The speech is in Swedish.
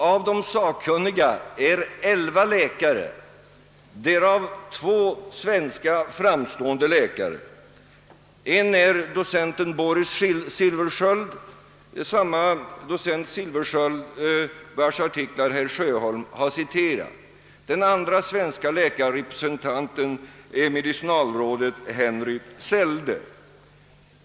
Av de sakkunniga är elva läkare, därav två framstående svenska läkare, nämligen docenten Boris Silfverskiöld — samme man vars artikel herr Sjöholm har citerat — och medicinalrådet Henry Sälde.